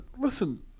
listen